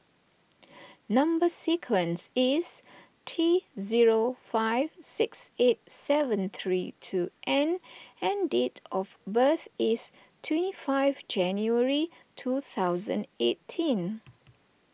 Number Sequence is T zero five six eight seven three two N and date of birth is twenty five January two thousand eighteen